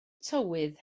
tywydd